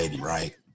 right